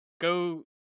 go